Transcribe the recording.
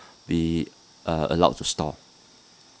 the uh allow to stop